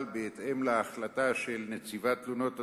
בהתאם להחלטה של נציבת תלונות הדיינים,